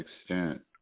extent